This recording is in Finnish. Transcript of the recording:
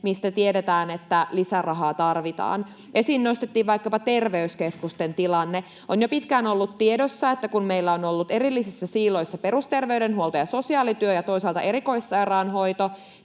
missä tiedetään, että lisärahaa tarvitaan? Esiin nostettiin vaikkapa terveyskeskusten tilanne. On jo pitkään ollut tiedossa, että kun meillä on ollut erillisissä siiloissa perusterveydenhuolto ja sosiaalityö ja toisaalta erikoissairaanhoito,